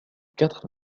quatre